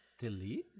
Delete